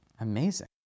Amazing